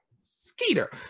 Skeeter